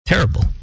Terrible